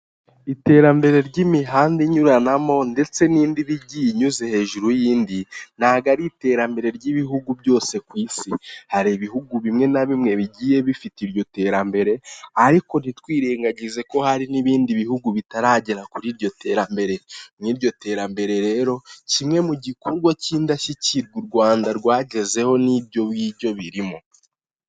Iterambere ry'imihanda inyuranamo ndetse n'indi iba igiye inyuze hejuru y'indi ntabwo ari iterambere ry'ibihugu byose ku isi hari ibihugu bimwe na bimwe bigiye bifite iryo terambere ariko ntitwirengagize ko hari n'ibindi bihugu bitaragera kuri iryo terambere iryo terambere rero ni kimwe mu gikorwa cy'indashyikirwa u Rwanda rwagezeho n'ibyo ngibyo birimo .